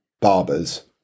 barbers